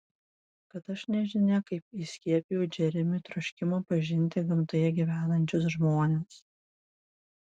kad aš nežinia kaip įskiepijau džeremiui troškimą pažinti gamtoje gyvenančius žmones